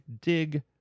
dig